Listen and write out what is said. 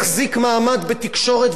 ואת זה אנחנו חייבים להבין.